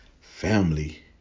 Family